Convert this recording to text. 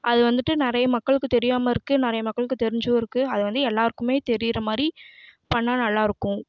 அது வந்துவிட்டு நிறைய மக்களுக்கு தெரியாம இருக்கு நிறைய மக்களுக்கு தெரிஞ்சும் இருக்கு அதை வந்து எல்லாருக்குமே தெரியிறமாதிரி பண்ணா நல்லா இருக்கும்